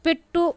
పెట్టు